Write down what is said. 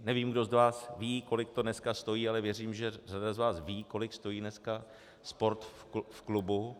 Nevím, kdo z vás ví, kolik to dneska stojí, ale věřím, že řada z vás ví, kolik stojí dneska sport v klubu.